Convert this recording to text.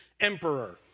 emperor